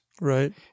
Right